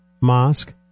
mosque